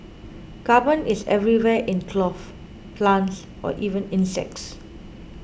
carbon is everywhere in cloth plants or even insects